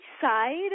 side